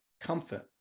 comfort